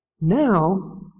Now